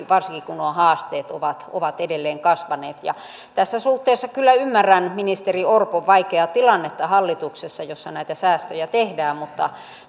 varsinkin kun nuo haasteet ovat ovat edelleen kasvaneet tässä suhteessa kyllä ymmärrän ministeri orpon vaikeaa tilannetta hallituksessa jossa näitä säästöjä tehdään mutta